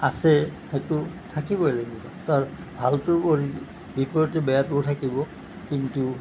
আছে সেইটো থাকিবই লাগিব তাৰ ভালটোৰ উপৰি বিপৰীতে বেয়াটোও থাকিব কিন্তু